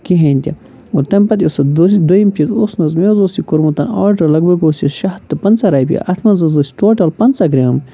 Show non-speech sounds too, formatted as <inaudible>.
کِہیٖنۍ تہِ اور تَمہِ پَتہٕ یُس اَتھ <unintelligible> دوٚیِم چیٖز اوس نہ حظ مےٚ حظ اوس یہِ کوٚرمُت آرڈَر لگ بگ اوس یہِ شیٚے ہَتھ تہٕ پنٛژاہ رۄپیہِ اَتھ منٛز حظ ٲسۍ ٹوٹَل پنٛژاہ گرٛام